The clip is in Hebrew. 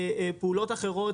פעולות אחרות.